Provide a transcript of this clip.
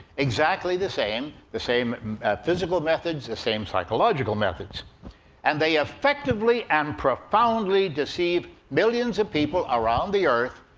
exactly the same the same physical methods, the same psychological methods and they effectively and profoundly deceive millions of people around the earth,